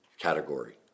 category